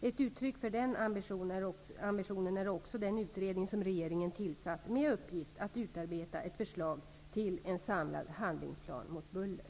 Ett uttryck för den ambitionen är också den utredning som regeringen tillsatt med uppgift att utarbeta ett förslag till en samlad handlingsplan mot buller .